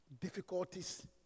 difficulties